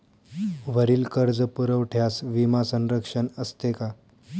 वरील कर्जपुरवठ्यास विमा संरक्षण असते का?